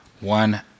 one